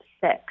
six